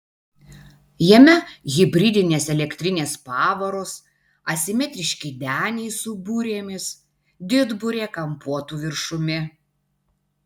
jame hibridinės elektrinės pavaros asimetriški deniai su burėmis didburė kampuotu viršumi